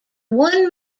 one